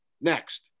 next